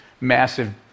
massive